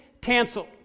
canceled